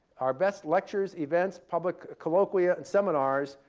our best lectures, events, public colloquia and seminars,